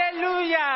Hallelujah